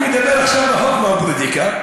אני מדבר עכשיו רחוק מהפוליטיקה,